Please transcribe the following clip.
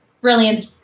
brilliant